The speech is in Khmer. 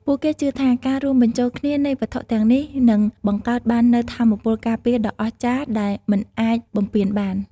ពួកគេជឿថា ការរួមបញ្ចូលគ្នានៃវត្ថុទាំងនេះនឹងបង្កើតបាននូវថាមពលការពារដ៏អស្ចារ្យដែលមិនអាចបំពានបាន។